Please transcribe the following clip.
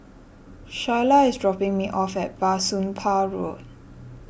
Shyla is dropping me off at Bah Soon Pah Road